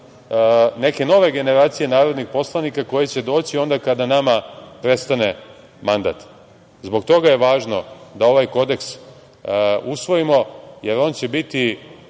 neke nove generacije narodnih poslanika koji će doći onda kada nama prestane mandat. Zbog toga je važno da ovaj kodeks usvojimo, jer on će biti